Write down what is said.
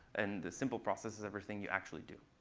and the simple process is everything you actually do.